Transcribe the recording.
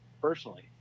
personally